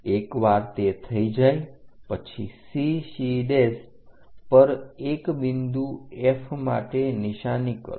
એકવાર તે થઈ જાય પછી CC પર એક બિંદુ F માટે નિશાની કરો